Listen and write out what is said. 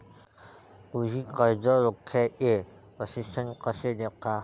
तुम्ही कर्ज रोख्याचे प्रशिक्षण कसे देता?